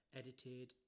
edited